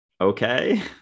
okay